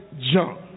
junk